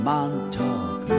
Montauk